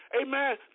amen